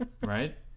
right